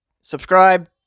subscribe